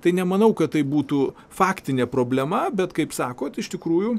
tai nemanau kad tai būtų faktinė problema bet kaip sakot iš tikrųjų